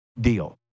deal